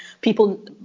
people